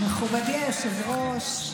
מכובדי היושב-ראש,